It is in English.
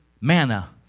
manna